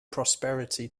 prosperity